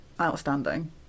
outstanding